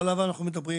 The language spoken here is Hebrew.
ועליו אנחנו מדברים,